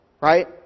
Right